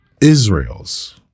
Israel's